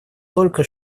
только